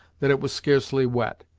that it was scarcely wet.